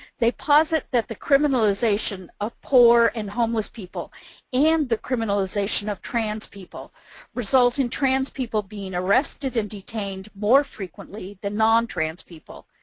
they posit that the criminalization of poor and homeless people and the criminalization of trans people result in trans people being arrested and detained more frequently than non-trans people,